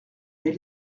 les